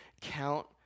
count